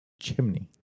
Chimney